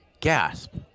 Gasp